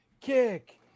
kick